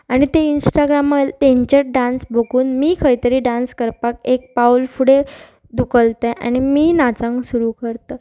आनी ते इंस्टाग्राम तेंचे डांस बघून मी खंय तरी डांस करपाक एक पावल फुडें धुकलत आनी मी नाचांगक सुरू करता